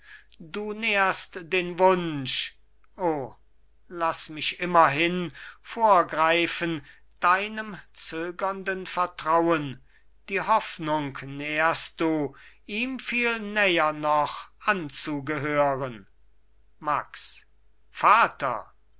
du nährst den wunsch o laß mich immerhin vorgreifen deinem zögernden vertrauen die hoffnung nährst du ihm viel näher noch anzugehören max vater